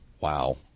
Wow